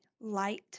light